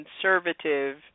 conservative